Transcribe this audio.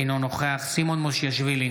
אינו נוכח סימון מושיאשוילי,